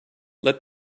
let